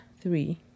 three